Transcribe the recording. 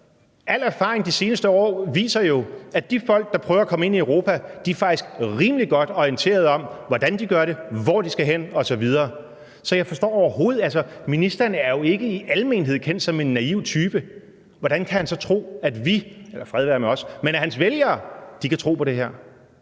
al erfaring de seneste år viser jo, at de folk, der prøver at komme ind i Europa, faktisk er rimelig godt orienteret om, hvordan de skal gøre det, hvor de skal hen osv. Ministeren er jo ikke i almenhed kendt som er en naiv type, så hvordan kan han så tro, at vi – men fred være med os – eller i hvert fald hans vælgere kan tro på det her?